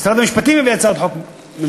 משרד המשפטים יביא הצעת חוק ממשלתית.